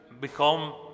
become